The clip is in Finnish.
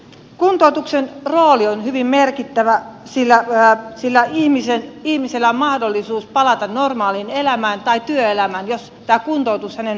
kuntoutuksen rooli on hyvin merkittävä sillä ihmisellä on mahdollisuus palata normaaliin elämään tai työelämään jos tämä kuntoutus hänen osaltaan onnistuu